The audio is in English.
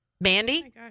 Mandy